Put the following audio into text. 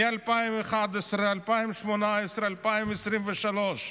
מ-2011, מ-2018, מ-2023,